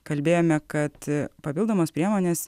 kalbėjome kad papildomos priemonės